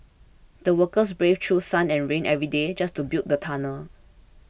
the workers braved through sun and rain every day just to build the tunnel